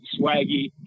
Swaggy